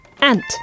Ant